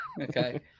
Okay